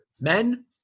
men